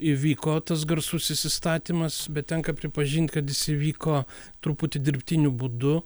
įvyko tas garsusis įstatymas bet tenka pripažint kad jis įvyko truputį dirbtiniu būdu